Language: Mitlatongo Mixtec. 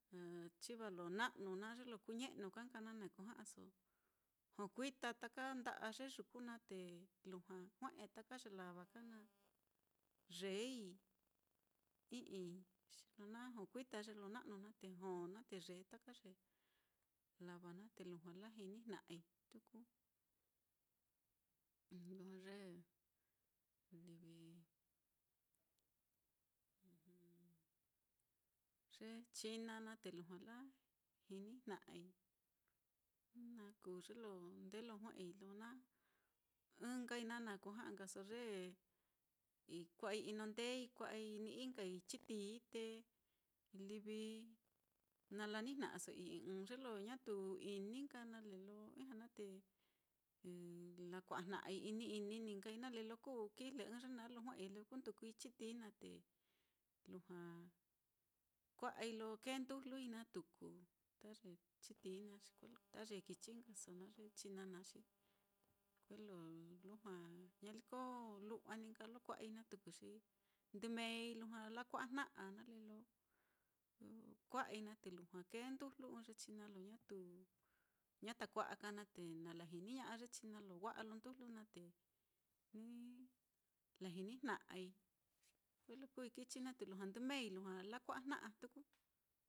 Chiva lo na'nu naá, ye lo kuñe'nu ka nka naá na kuja'aso jokuita taka nda'a ye yuku naá, te lujua jue'e taka ye lava ka naá yeei i'iixi lo na jokuita ye lo na'nu naá, te jó naá te yee ta ye lava naá te lujua lajinijna'ai, tuku. Lujua ye livi ye china naá te lujua lajinijna'ai jnu na kuu ye lo ndee lo jue'ei lo na, ɨ́ɨ́n nkai naá na kuja'a nkaso ye i- kua'ai inondeei, kua'ai ni'i nkai chitií, te livi na lanijna'aso i'ii ɨ́ɨ́n ye lo ñatu ini nka nale lo ijña naá, te lakua'a jna'ai i ni ini ní nkai nale lo kuu lo kijle ɨ́ɨ́n ye naá lo jue'ei lo kundukui chitií naá, te lujua kua'ai lo kee ndujlui naá tuku, ta ye chitií naá xi, ta ye kichi nkaso naá, ye china naá xi kuelo lujua ñaliko lu'wa ní nka lo kua'ai naá tuku xi ndɨ meei lujua lakua'ajna'a, nale lo lo kua'ai naá, te lujua kee ndujlu ɨ́ɨ́n ye china lo ñatu, ñata kua'a ka naá, te na lajiniña'a ye china lo wa'a lo ndujlu naá, te ni lajinijna'ai, kuelo kuui kichi naá te lujua ndɨmei lakua'ajna'a tuku.